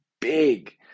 big